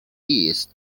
east